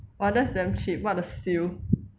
!wah! that's damn cheap what a steal